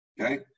okay